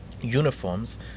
uniforms